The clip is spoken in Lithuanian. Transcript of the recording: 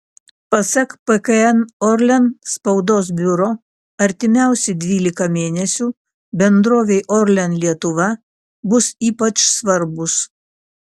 pasak pkn orlen spaudos biuro artimiausi dvylika mėnesių bendrovei orlen lietuva bus ypač svarbūs